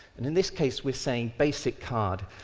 and in this case, we are saying basic card.